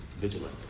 vigilant